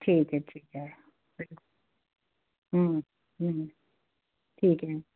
ठीक है ठीक है बिल्कुल ठीक है